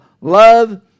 Love